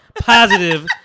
positive